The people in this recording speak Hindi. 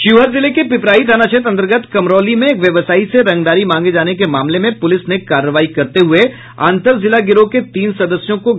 शिवहर जिले के पिपराही थानाक्षेत्र अंतर्गत कमरौली में एक व्यवसायी से रंगदारी मांगे जाने के मामले में पुलिस ने कार्रवाई करते हुए अंतर जिला गिरोह के तीन सदस्यों को गिरफ्तार किया है